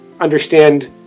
understand